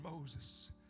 Moses